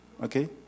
Okay